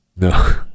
No